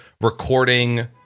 recording